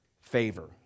favor